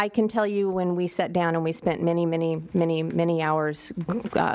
i can tell you when we sat down and we spent many many many many hours